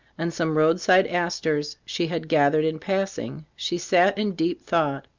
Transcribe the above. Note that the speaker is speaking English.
and some roadside asters she had gathered in passing, she sat in deep thought,